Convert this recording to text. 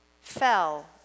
fell